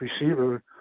receiver